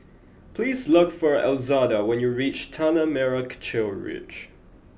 please look for Elzada when you reach Tanah Merah Kechil Ridge